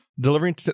delivering